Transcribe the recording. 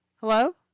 Hello